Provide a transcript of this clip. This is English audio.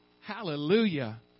Hallelujah